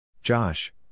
Josh